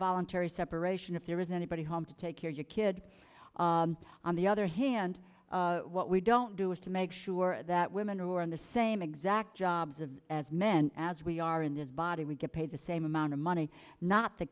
voluntary separation if there is anybody home to take care of your kid on the other hand what we don't do is to make sure that women are in the same exact jobs of as men as we are in this body we get paid the same amount of money not the